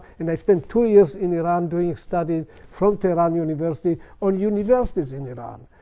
and i spent two years in iran doing a study from tehran university on universities in iran.